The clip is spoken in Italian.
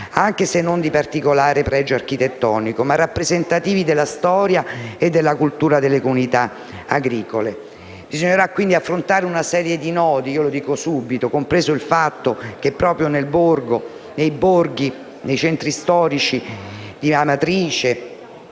anche se non di particolare pregio architettonico, ma rappresentativi della storia e della cultura delle comunità agricole. Bisognerà quindi affrontare una serie di nodi - lo dico subito - compreso il fatto che proprio nei borghi, nei centri storici di Amatrice,